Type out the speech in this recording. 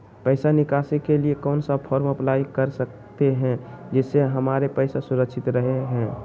पैसा निकासी के लिए कौन सा फॉर्म अप्लाई कर सकते हैं जिससे हमारे पैसा सुरक्षित रहे हैं?